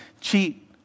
cheat